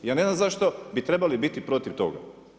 Ja ne znam zašto bi trebali biti protiv toga.